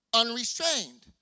unrestrained